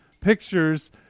pictures